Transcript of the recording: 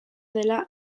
dela